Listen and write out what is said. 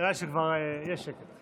נראה לי שכבר יש שקט.